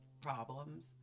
problems